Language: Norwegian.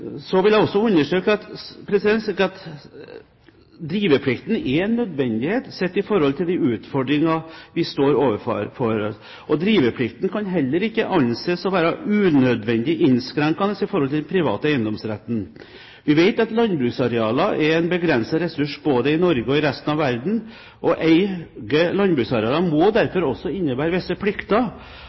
Så vil jeg også understreke at driveplikten er en nødvendighet sett i forhold til de utfordringer vi står overfor, og driveplikten kan heller ikke anses å være unødvendig innskrenkende i forhold til den private eiendomsretten. Vi vet at landbruksarealer er en begrenset ressurs både i Norge og i resten av verden. Å eie landbruksarealer må derfor også innebære visse plikter,